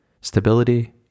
stability